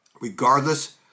regardless